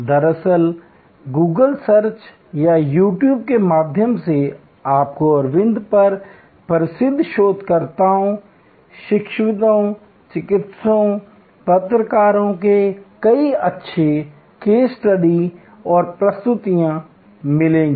दरअसल Google search या YouTube के माध्यम से आपको अरविंद पर प्रसिद्ध शोधकर्ताओं शिक्षाविदों चिकित्सकों पत्रकारों के कई अच्छे केस स्टडी और प्रस्तुतियां मिलेंगी